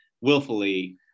willfully